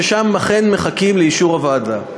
ששם אכן מחכים לאישור הוועדה.